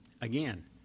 Again